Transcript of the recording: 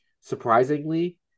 surprisingly